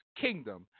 kingdom